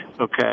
Okay